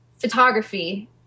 photography